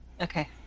Okay